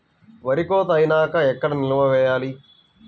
వరి కోత అయినాక ఎక్కడ నిల్వ చేయాలి?